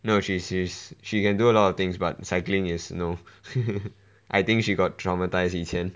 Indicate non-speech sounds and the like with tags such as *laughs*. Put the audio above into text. no she she's she can do a lot of things but cycling is no *laughs* I think she got traumatised 以前